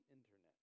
Internet